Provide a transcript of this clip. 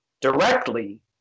directly